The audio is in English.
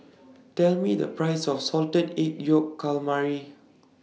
Tell Me The Price of Salted Egg Yolk Calamari